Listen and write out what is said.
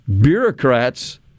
bureaucrats